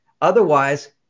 Otherwise